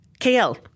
KL